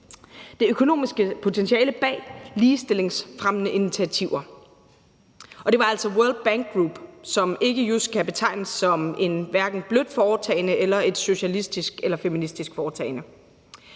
det økonomiske potentiale bag ligestillingsfremmende initiativer. Og det var altså World Bank Group, som ikke just kan betegnes som hverken et blødt foretagende eller et socialistisk eller feministisk foretagende.